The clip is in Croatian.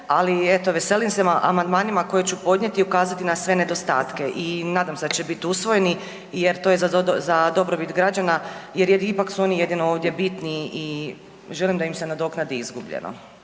ali eto veselim se amandmanima koje ću podnijeti i ukazati na sve nedostatke i nadam se da će biti usvojeni jer to je za dobrobit građana jer ipak su oni jedino ovdje bitni i želim da im se nadoknadi izgubljeno.